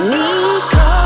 Nico